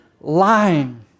Lying